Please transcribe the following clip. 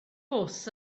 bws